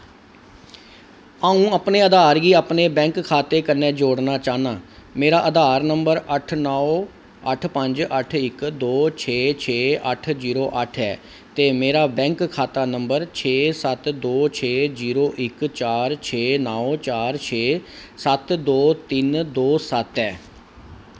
अ'ऊं अपने आधार गी अपने बैंक खाते कन्नै जोड़ना चाह्न्नां मेरा आधार नंबर अट्ठ नौ अट्ठ पंज अट्ठ इक दो छे छे अट्ठ जीरो अट्ठ ऐ ते मेरा बैंक खाता नंबर छे सत्त दो छे जीरो इक चार छे नौ चार छे सत्त दो तिन्न दो सत्त ऐ